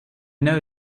know